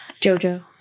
JoJo